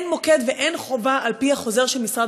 אין מוקד ואין חובה על-פי החוזר של משרד